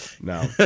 No